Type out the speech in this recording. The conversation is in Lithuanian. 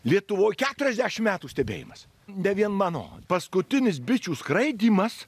lietuvoj keturiasdešim metų stebėjimas ne vien mano paskutinis bičių skraidymas